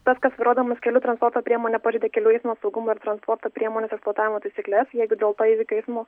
tas kas vairuodamas kelių transporto priemonę pažeidė kelių eismo saugumo ir transporto priemonės eksploatavimo taisykles jeigu dėl to įvykio eismo